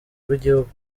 rw’igihugu